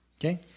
Okay